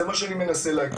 זה מה שאני מנסה להגיד.